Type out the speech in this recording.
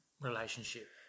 relationship